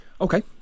Okay